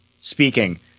speaking